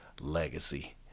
legacy